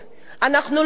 אנחנו לא יכולים,